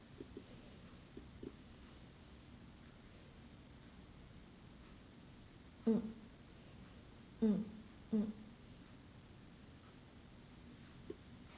mm mm mm